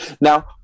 Now